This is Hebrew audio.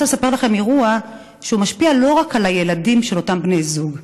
אני רוצה לספר לכם על אירוע שמשפיע לא רק על הילדים של אותם בני זוג.